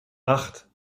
acht